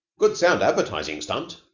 good sound advertising stunt,